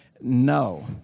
No